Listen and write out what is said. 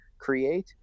create